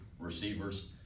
receivers